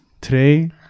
Today